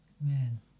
Man